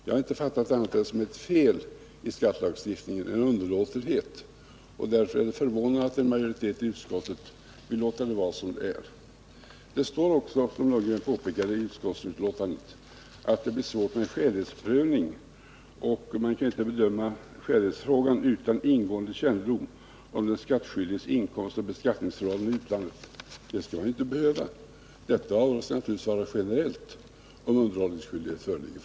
Jag har inte fattat det på annat sätt än som ett fel, en underlåtenhet vid skattelagstiftningen. Därför är det förvånande att en majoritet i utskottet vill låta det vara som det är. Det står, som Bo Lundgren påpekade, i utskottsbetänkandet att det blir svårigheter vid en skälighetsprövning och att skälighetsfrågan inte kan bedömas utan en ingående kännedom om den skattskyldiges inkomstoch beskattningsförhållanden i utlandet. Denna kännedom behöver man inte ha — avdraget skall naturligtvis vara generellt om underhållsskyldighet föreligger.